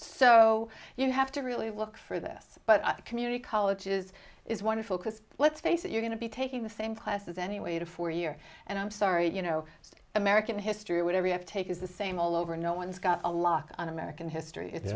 so you have to really look for this but community colleges is wonderful because let's face it you're going to be taking the same classes anyway to for year and i'm sorry you know american history or whatever you have to take is the same all over no one's got a lock on american history i